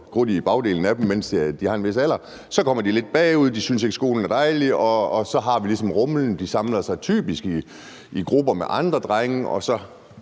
krudt i bagdelen, mens de har en vis alder. Så kommer de lidt bagud, og de synes ikke, at skolen er dejlig, og så har vi ligesom rumlen; de samler sig typisk i grupper med andre drenge, og så